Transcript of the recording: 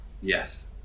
Yes